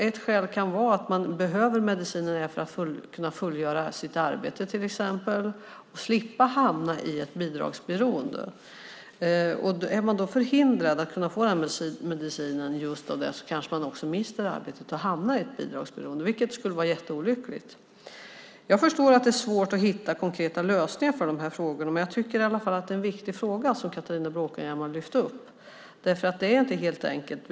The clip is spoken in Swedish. Ett skäl till att man behöver medicinen är för att kunna fullgöra sitt arbete och slippa hamna i ett bidragsberoende. Är man då förhindrad att få medicinen kanske man mister arbetet och hamnar i ett bidragsberoende, vilket skulle vara olyckligt. Jag förstår att det är svårt att hitta konkreta lösningar på detta, men jag tycker i alla fall att det är en viktig fråga som Catharina Bråkenhielm har lyft upp. Det är inte helt enkelt.